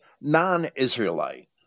non-israelite